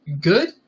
Good